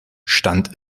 stand